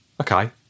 Okay